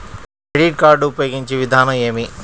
Credit card ఉపయోగించే విధానం ఏమి?